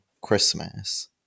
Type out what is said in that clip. Christmas